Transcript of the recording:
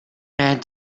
man